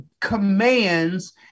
commands